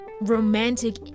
romantic